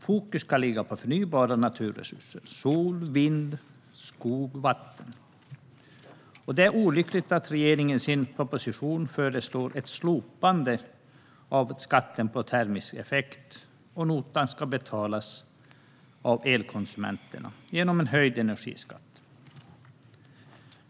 Fokus ska ligga på förnybara naturresurser: sol, vind, skog och vatten. Det är olyckligt att regeringen i sin proposition föreslår ett slopande av skatten på termisk effekt. Notan ska betalas av elkonsumenterna genom en höjd energiskatt.